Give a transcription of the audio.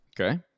Okay